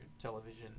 television